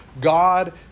God